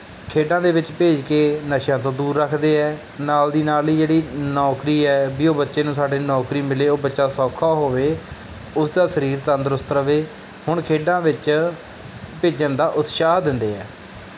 ਖੇਡਾਂ ਦੇ ਵਿੱਚ ਭੇਜ ਕੇ ਨਸ਼ਿਆਂ ਤੋਂ ਦੂਰ ਰੱਖਦੇ ਹੈ ਨਾਲ ਦੀ ਨਾਲ ਹੀ ਜਿਹੜੀ ਨੌਕਰੀ ਹੈ ਬਈ ਉਹ ਬੱਚੇ ਨੂੰ ਸਾਡੇ ਨੌਕਰੀ ਮਿਲੇ ਉਹ ਬੱਚਾ ਸੌਖਾ ਹੋਵੇ ਉਸ ਦਾ ਸਰੀਰ ਤੰਦਰੁਸਤ ਰਹੇ ਹੁਣ ਖੇਡਾਂ ਵਿੱਚ ਭੇਜਣ ਦਾ ਉਤਸ਼ਾਹ ਦਿੰਦੇ ਆ